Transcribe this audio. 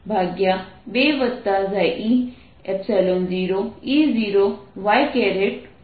તેથી આ D 2 1e2e0E0y બનશે